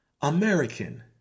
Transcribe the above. American